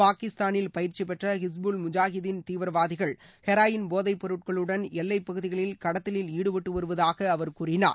பாகிஸ்தானில் பயிற்சிப்பெற்ற ஹிஸ்புல் முஜாஹிதின் தீவிரவாதிகள் ஹெராயின் போதைப் பொருட்களுடன் எல்லைப்பகுதிகளில் கடத்தலில் ஈடுபட்டுவருவதாக அவர் கூறினார்